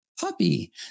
puppy